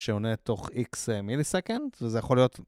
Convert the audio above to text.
שעונה תוך x מיליסקנד, וזה יכול להיות...